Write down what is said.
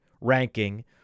ranking